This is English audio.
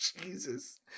Jesus